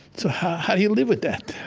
so how do you live with that,